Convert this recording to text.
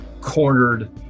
cornered